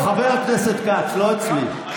חבר הכנסת כץ, לא אצלי.